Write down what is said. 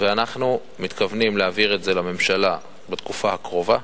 ואנחנו מתכוונים להעביר את זה לממשלה בתקופה הקרובה.